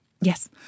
Yes